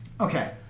Okay